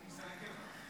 או כניסה לקבע.